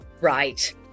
right